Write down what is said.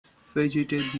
fidgeted